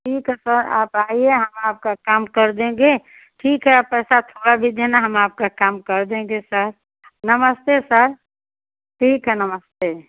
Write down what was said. ठीक है सर आप आइए हम आपका काम कर देंगे ठीक है आप पैसा थोड़ा भी देना हम आपका काम कर देंगे सर नमस्ते सर ठीक है नमस्ते